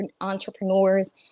entrepreneurs